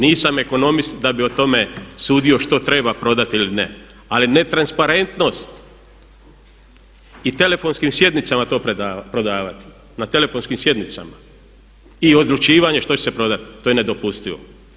Nisam ekonomist da bi o tome sudio što treba prodati ili ne ali ne transparentnost i telefonskim sjednicama to prodavati, na telefonskim sjednicama i odlučivanje što će se prodati to je nedopustivo.